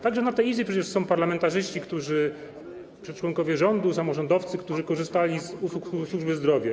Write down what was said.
Także na tej Izbie przecież są parlamentarzyści czy członkowie rządu, samorządowcy, którzy korzystali z usług służby zdrowia.